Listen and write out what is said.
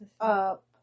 up